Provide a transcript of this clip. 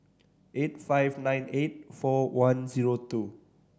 eight five nine eight four one zero two